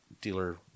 dealer